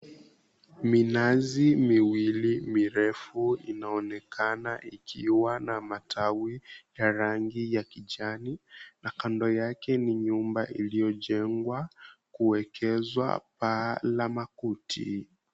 Minazi miwili mirefu inaonekana ikiwa na matawi ya rangi ya kijani na kando yake ni nyumba iliyojengwa kuekezwa paa la makuti.